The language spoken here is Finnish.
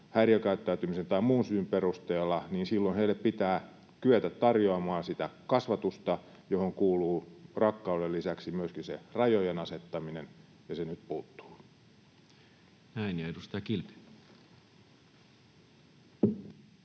häiriökäyttäytymisen tai muun syyn perusteella, niin silloin heille pitää kyetä tarjoamaan sitä kasvatusta, johon kuuluu rakkauden lisäksi myöskin se rajojen asettaminen, ja se nyt puuttuu. [Speech 239]